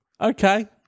Okay